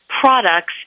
products